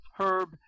herb